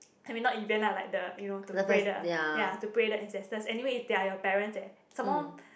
I mean not event lah like the you know to pray the ya to pray the ancestors anyway is they are your parents eh some more